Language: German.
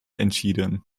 entschieden